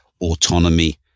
autonomy